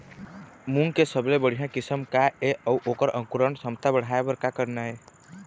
मूंग के सबले बढ़िया किस्म का ये अऊ ओकर अंकुरण क्षमता बढ़ाये बर का करना ये?